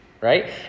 right